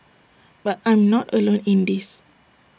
but I'm not alone in this